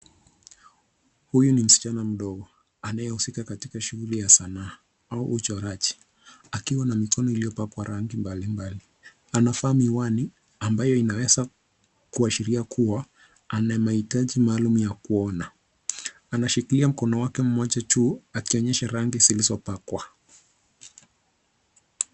Huyu ni msichana mdogo anayehusika katika shughuli ya sanaa au uchoraji, akiwa na mikono iliyopakwa rangi mbalimbali. Anavaa miwani ambayo inaweza kuashiria kuwa ana mahitaji maalum ya kuona. Anashikilia mkono wake mmoja juu akionyesha rangi zilizopakwa.